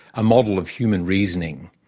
a model of human reasoning.